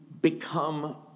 become